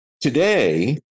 Today